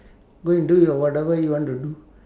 go and do your whatever you want to do